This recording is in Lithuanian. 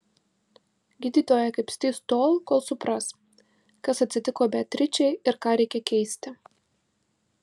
gydytojai kapstys tol kol supras kas atsitiko beatričei ir ką reikia keisti